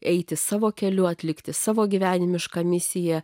eiti savo keliu atlikti savo gyvenimišką misiją